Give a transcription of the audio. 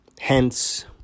Hence